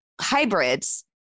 hybrids